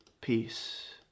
peace